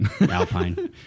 Alpine